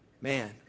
Man